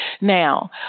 Now